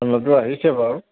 ঠাণ্ডাটো আহিছে বাৰু